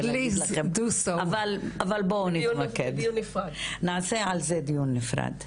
אבל בואו נתמקד ונעשה על זה דיון נפרד.